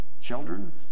Children